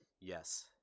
yes